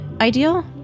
ideal